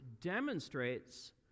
demonstrates